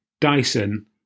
Dyson